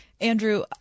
Andrew